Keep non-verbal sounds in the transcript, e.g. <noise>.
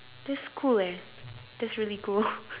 this cool eh this really cool <breath>